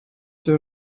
der